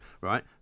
right